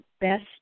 best